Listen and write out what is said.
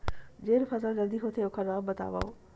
जेन फसल जल्दी होथे ओखर नाम बतावव?